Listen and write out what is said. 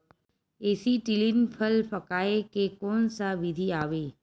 Acetylene फल पकाय के कोन सा विधि आवे?